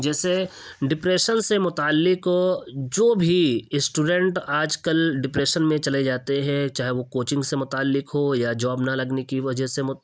جیسے ڈپریشن سے متعلق جو بھی اسٹوڈینٹ آج کل ڈپریشن میں چلے جاتے ہیں چاہے وہ کوچنگ سے متعلق ہو یا جاب نہ لگنے کی وجہ سے مو